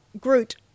Groot